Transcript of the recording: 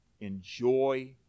enjoy